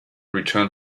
returned